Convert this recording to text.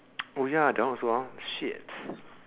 oh ya that one also hor shit